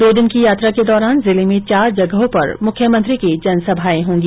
दो दिन की यात्रा के दौरान जिले में चार जगहों पर मुख्यमंत्री की जनसभाए होंगी